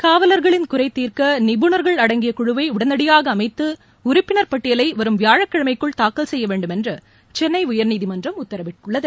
காவலர்களின் குறை தீர்க்க நிபுணர்கள் அடங்கிய குழுவை உடனடியாக அமைத்து உறுப்பினர் பட்டியலை வரும் வியாழக்கிழமைக்குள் தாக்கல் செய்ய வேண்டும் என்று சென்னை உயர்நீதிமன்றம் உக்கரவிட்டுள்ளகு